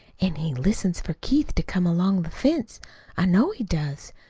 an' he listens for keith to come along the fence i know he does,